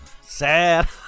Sad